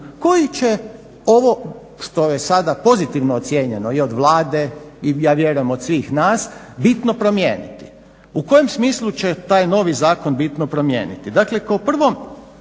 koji će ovo što je sada pozitivno ocijenjeno i od Vlade i ja vjerujem od svih nas bitno promijeniti. U kojem smislu će taj novi zakon bitno promijeniti?